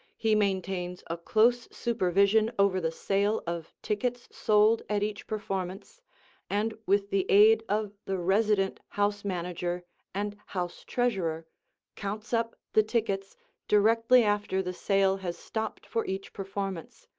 he maintains a close supervision over the sale of tickets sold at each performance and with the aid of the resident house manager and house treasurer counts up the tickets directly after the sale has stopped for each performance,